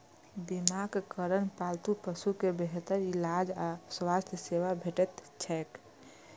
बीमाक कारण पालतू पशु कें बेहतर इलाज आ स्वास्थ्य सेवा भेटैत छैक